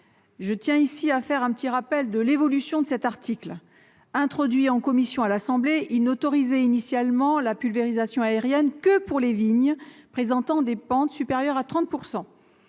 Je tiens ici à faire un rappel de l'évolution de cet article. Introduit en commission à l'Assemblée nationale, il n'autorisait initialement la pulvérisation aérienne que pour les vignes présentant des pentes supérieures à 30 %.